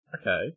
Okay